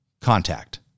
contact